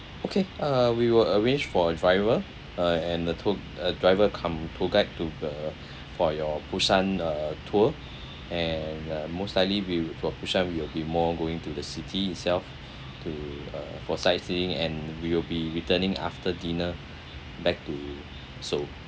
okay uh we will arrange for a driver uh and the tour a driver cum tour guide to the uh for your busan uh tour and uh most likely we'll for busan we will be more going to the city itself to uh for sightseeing and we will be returning after dinner back to seoul